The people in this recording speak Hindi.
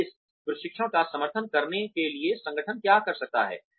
और इस प्रशिक्षण का समर्थन करने के लिए संगठन क्या कर सकता है